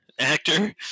actor